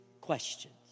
questions